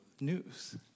news